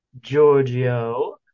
Giorgio